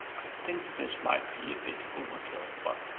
think this might be a bit overkill, but